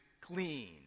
clean